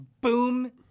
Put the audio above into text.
boom